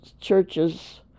churches